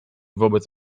wobec